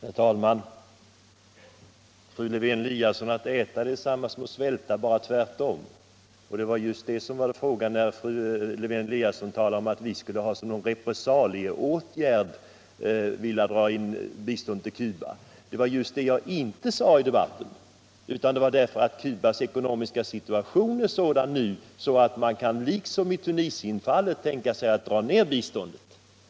Herr talman! Tror fru Lewén-Eliasson att äta är detsamma som svälta, bara tvärtom? Det var det frågan gällde när fru Lewén-Eliasson påstod Internationellt utvecklingssamar att vi som något slags repressalieåtgärd skulle vilja dra in biståndet till Cuba, men det var just det jag inre sade i debatten. Jag sade tvärtom att Cubas ekonomiska situation nu är sådan att vi liksom i Tunisienfallet bör dra ner biståndet.